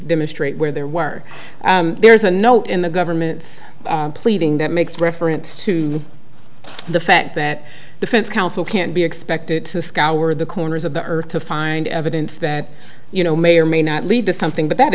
demonstrate where they were there is a note in the government's pleading that makes reference to the fact that defense counsel can't be expected to scour the corners of the earth to find evidence that you know may or may not lead to something but that